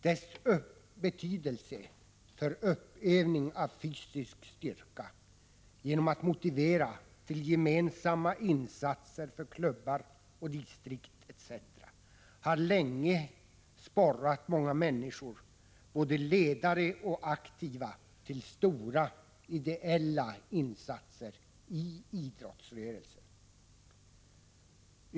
Den har betydelse för uppövning av fysisk styrka och motiverar till gemensamma insatser för klubbar, distrikt, osv. Idrotten har länge sporrat många människor — både ledare och aktiva — till stora ideella insatser inom idrottsrörelsen.